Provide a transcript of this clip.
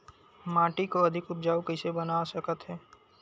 माटी को अधिक उपजाऊ कइसे बना सकत हे?